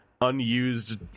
unused